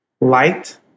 light